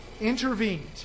intervened